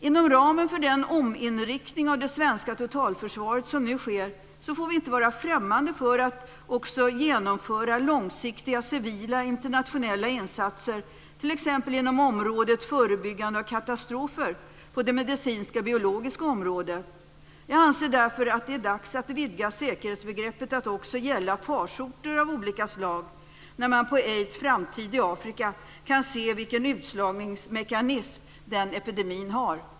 Inom ramen för den ominriktning av det svenska totalförsvaret som nu sker får vi inte vara främmande för att också genomföra långsiktiga civila internationella insatser t.ex. inom området förebyggande av katastrofer på det medicinskt-biologiska området. Jag anser att det är dags att vidga säkerhetsbegreppet till att också gälla farsoter av olika slag. Vi kan på aids framfart i Afrika se vilken utslagningskraft den epidemin har.